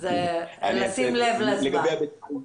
אז שים לב לזמן.